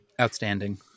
outstanding